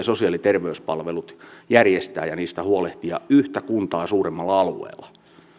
sosiaali ja terveyspalvelut järjestää ja niistä huolehtia yhtä kuntaa suuremmalla alueella